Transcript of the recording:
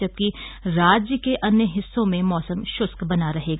जबकि राज्य के अन्य हिस्सों में मौसम शुष्क बना रहेगा